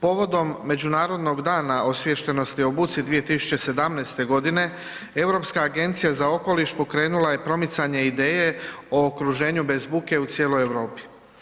Povodom Međunarodnog dana osviještenosti o buci, 2017. g. Europska agencija za okoliš, pokrenula je promicanje ideje o okruženju bez bude u cijeloj Europi.